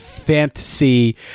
Fantasy